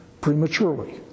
prematurely